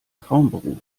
traumberuf